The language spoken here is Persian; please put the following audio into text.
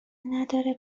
نداره